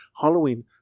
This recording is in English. Halloween